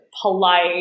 polite